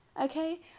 Okay